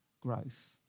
growth